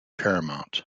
paramount